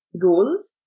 goals